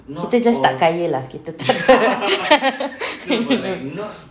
kita just tak kaya lah kita tak kaya